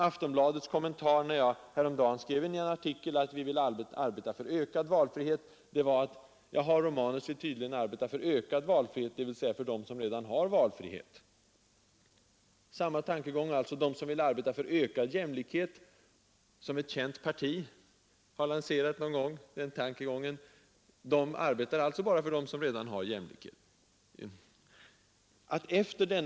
Aftonbladets kommentar, när jag häromdagen skrev en artikel om att vi vill arbeta för ökad valfrihet, var att herr Romanus tydligen vill arbeta för ökad valfrihet för dem som redan har valfrihet. För att dra samma parallell: de som vill arbeta för ökad jämlikhet — en tanke som ett känt parti har lanserat — arbetar alltså bara för dem som redan har jämlikhet.